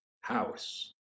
house